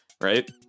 right